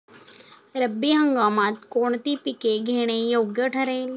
रब्बी हंगामात कोणती पिके घेणे योग्य ठरेल?